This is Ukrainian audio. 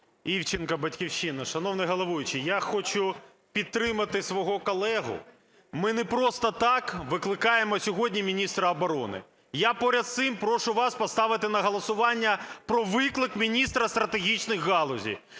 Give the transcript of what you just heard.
Івченко, "Батьківщина". Шановний головуючий, я хочу підтримати свого колегу, ми не просто так викликаємо сьогодні міністра оборони. Я поряд з цим прошу вас поставити на голосування про виклик міністра стратегічних галузей.